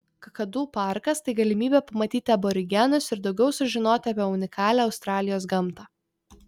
kakadu parkas tai galimybė pamatyti aborigenus ir daugiau sužinoti apie unikalią australijos gamtą